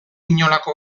inolako